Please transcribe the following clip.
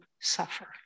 suffer